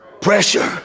pressure